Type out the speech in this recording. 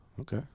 Okay